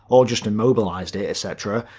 or just immobilized it etc.